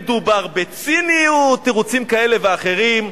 מדובר בציניות, תירוצים כאלה ואחרים.